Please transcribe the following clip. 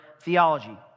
theology